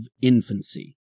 infancy